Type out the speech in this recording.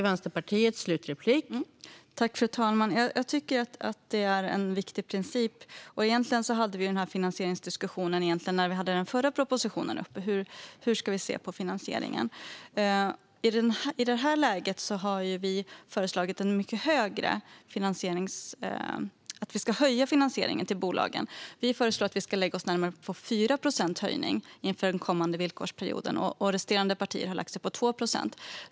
Fru talman! Jag tycker att det är en viktig princip. Egentligen hade vi denna diskussion om hur vi ska se på finansieringen när vi hade den förra propositionen uppe. I det här läget har vi föreslagit att vi ska höja finansieringen till bolagen. Vi föreslår att vi ska lägga oss på en höjning på närmare 4 procent inför den kommande villkorsperioden, medan resterande partier har lagt sig på 2 procent.